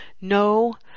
No